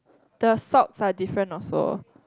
the socks are different also